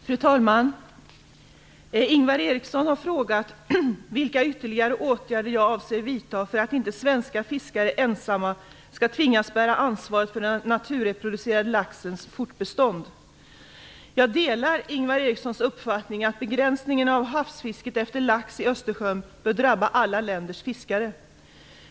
Fru talman! Ingvar Eriksson har frågat vilka ytterligare åtgärder jag avser vidta för att inte svenska fiskare ensamma skall tvingas bära ansvaret för den naturreproducerade laxens fortbestånd. Jag delar Ingvar Erikssons uppfattning att begränsningen av havsfisket efter lax i Östersjön bör drabba alla länders fiskare.